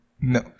no